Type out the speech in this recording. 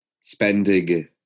spending